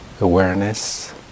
awareness